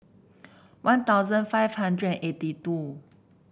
One Thousand five hundred and eighty two